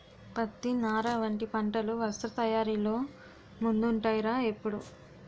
పత్తి, నార వంటి పంటలు వస్త్ర తయారీలో ముందుంటాయ్ రా ఎప్పుడూ